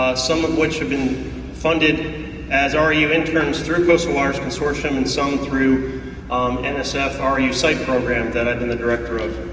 some of which have been funded as ru interns through coastal waters consortion and some through um and nsf ru site program that i've been a director of.